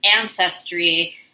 Ancestry